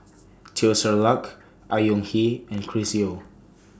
Teo Ser Luck Au Hing Yee and Chris Yeo